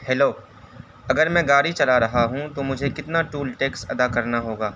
hello اگر میں گاڑی چلا رہا ہوں تو مجھے کتنا ٹول ٹیکس ادا کرنا ہوگا